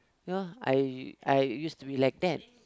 ya I I used to be like that